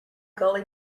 gully